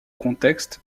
contexte